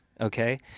okay